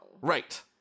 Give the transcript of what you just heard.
Right